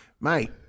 mate